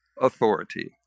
authority